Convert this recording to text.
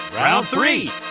round three.